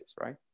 right